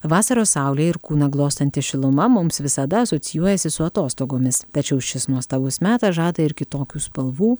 vasaros saulė ir kūną glostanti šiluma mums visada asocijuojasi su atostogomis tačiau šis nuostabus metas žada ir kitokių spalvų